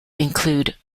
include